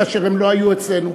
כאשר הם לא היו אצלנו.